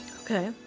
Okay